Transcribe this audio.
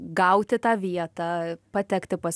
gauti tą vietą patekti pas